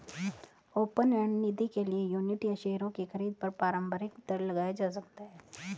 open end निधि के लिए यूनिट या शेयरों की खरीद पर प्रारम्भिक दर लगाया जा सकता है